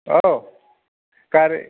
औ गारि